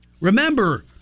Remember